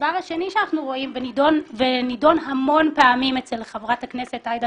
הדבר השני שאנחנו רואים והוא נדון הרבה פעמים אצל חברת הכנסת עאידה